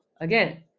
again